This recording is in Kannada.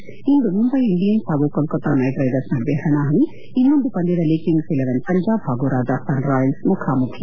ಐಪಿಎಲ್ ಕ್ರಿಕೆಟ್ ಇಂದು ಮುಂದೈ ಇಂಡಿಯನ್ಸ್ ಹಾಗೂ ಕೋಲ್ಕತ್ತಾ ನೈಟ್ ರೈಡರ್ಸ್ ನಡುವೆ ಹಣಾಹಣಿ ಇನ್ನೊಂದು ಪಂದ್ಯದಲ್ಲಿ ಕಿಂಗ್ಸ್ ಇಲೆವೆನ್ ಪಂಜಾಬ್ ಹಾಗೂ ರಾಜಸ್ತಾನ್ ರಾಯಲ್ಸ್ ಮುಖಾಮುಖಿ